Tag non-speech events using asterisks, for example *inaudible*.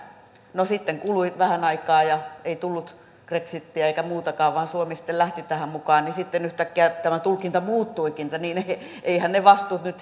no kun sitten kului vähän aikaa eikä tullut brexitiä eikä muutakaan vaan suomi lähti tähän mukaan niin sitten yhtäkkiä tämä tulkinta muuttuikin niin että eiväthän ne vastuut nyt *unintelligible*